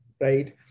right